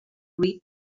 read